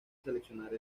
seleccionar